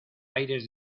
aires